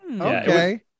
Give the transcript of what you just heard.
okay